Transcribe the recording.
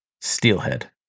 steelhead